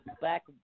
back